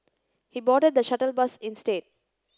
he boarded the shuttle bus instead